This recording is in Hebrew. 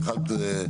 התחלת.